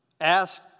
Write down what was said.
Ask